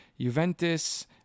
Juventus